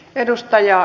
edustaja